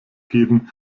geben